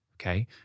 Okay